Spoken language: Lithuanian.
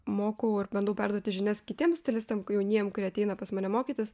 mokau ir bandau perduoti žinias kitiem stilistam jauniem kurie ateina pas mane mokytis